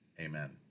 amen